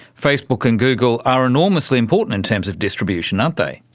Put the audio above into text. facebook and google, are enormously important in terms of distribution, aren't they.